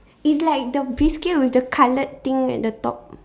it's like the biscuit with the coloured thing at the top